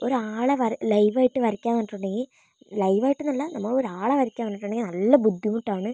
ഒരാളെ ലൈവായിട്ടു വരയ്ക്കാമെന്ന് പറഞ്ഞിട്ടുണ്ടെങ്കിൽ ലൈവായിട്ടെന്നല്ല നമ്മളൊരാളെ വരയ്ക്കാമെന്ന് പറഞ്ഞിട്ടുണ്ടെങ്കിൽ നല്ല ബുദ്ധിമുട്ടാണ്